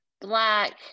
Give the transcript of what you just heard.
black